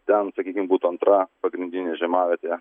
ten sakykim būtų antra pagrindinė žiemavietė